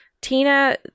Tina